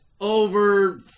over